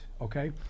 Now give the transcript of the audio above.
Okay